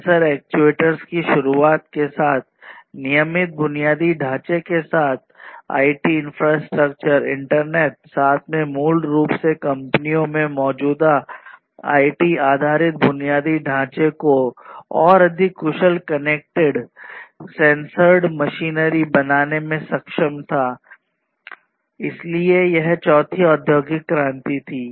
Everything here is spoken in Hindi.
सेंसर एक्ट्यूएटर्स की शुरुआत के साथ नियमित बुनियादी ढांचे के साथ आईटी इन्फ्रास्ट्रक्चर इंटरनेट साथ में मूल रूप से कंपनियों में मौजूदा आईटी आधारित बुनियादी ढांचे को और अधिक कुशल कनेक्टेड सेंसर्ड मशीनरी बनाने में सक्षम था इसलिए यह चौथी औद्योगिक क्रांति थी